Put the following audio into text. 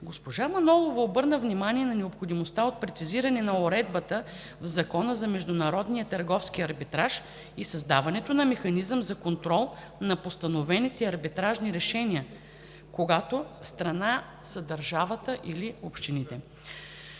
Госпожа Манолова обърна внимание на необходимостта от прецизиране на уредбата в Закона за международния търговски арбитраж и създаването на механизъм за контрол на постановените арбитражни решения, когато страна са държавата и общините.